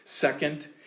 Second